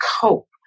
cope